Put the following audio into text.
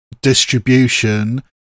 distribution